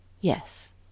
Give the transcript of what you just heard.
Yes